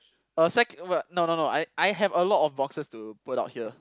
uh sec~ no no no I I have a lot of boxes to put out here